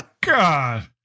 god